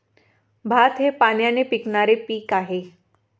भात हे पाण्याने पिकणारे पीक आहे